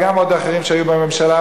וגם עוד אחרים שהיו בממשלה,